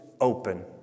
open